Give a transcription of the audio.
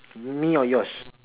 me or yours